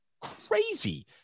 crazy